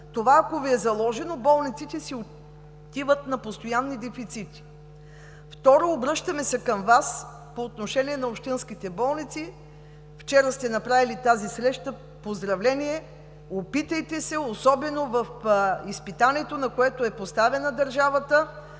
сте, ако Ви е заложено това, болниците си отиват на постоянни дефицити. Второ, обръщаме се към Вас по отношение на общинските болници, вчера сте направили тази среща – поздравление! Опитайте се, особено в изпитанието, на което е поставена държавата,